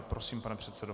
Prosím, pane předsedo.